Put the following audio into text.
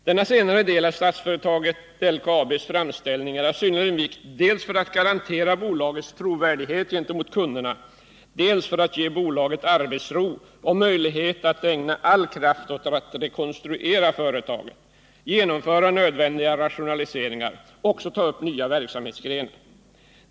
Denna senare del av Statsföretags och LKAB:s framställning är av synnerlig vikt dels för att garantera bolagets trovärdighet gentemot kunderna, dels för att ge bolaget arbetsro och möjlighet att ägna all kraft åt att rekonstruera företaget, genomföra nödvändiga rationaliseringar och även ta upp nya verksamhetsgrenar.